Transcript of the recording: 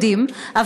יודעים,